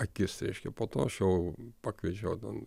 akis reiškia po to aš jau pakviečiau ten